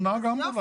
הוא נהג אמבולנס,